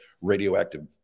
radioactive